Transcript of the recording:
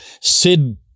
Sid